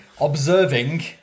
Observing